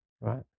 Right